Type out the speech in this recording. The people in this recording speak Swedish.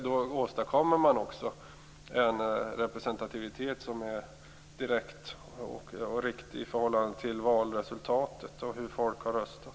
Då åstadkommer man också en representativitet som är direkt och riktig i förhållande till valresultatet och till hur folk har röstat.